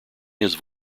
his